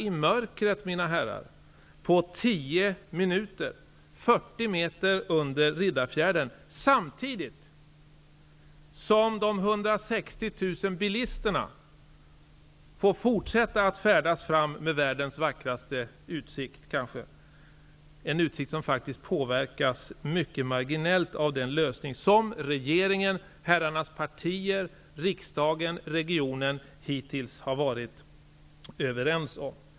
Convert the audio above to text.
Det blir en 10 minuters resa i mörkret, mina herrar, 160 000 bilisterna får fortsätta att färdas fram med världens vackraste utsikt, en utsikt som faktiskt påverkas mycket marginellt av den lösning som regeringen, herrarnas partier, riksdagen och regionen hittills har varit överens om.